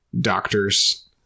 doctors